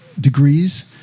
degrees